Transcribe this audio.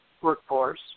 workforce